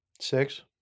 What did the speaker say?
Six